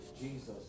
Jesus